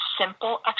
simple